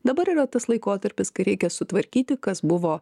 dabar yra tas laikotarpis kai reikia sutvarkyti kas buvo